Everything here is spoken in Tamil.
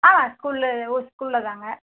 ஆமாம் ஸ்கூலில் ஒ ஸ்கூலில் தாங்க